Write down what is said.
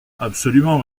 absolument